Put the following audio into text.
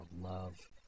love